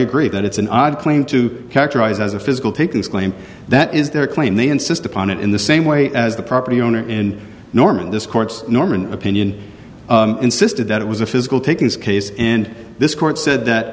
agree that it's an odd claim to characterize as a physical takings claim that is their claim they insist upon it in the same way as the property owner in norman this court's norman opinion insisted that it was a physical takings case and this court said that